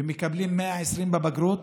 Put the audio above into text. ומקבלים 120 בבגרות,